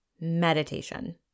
meditation